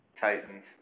Titans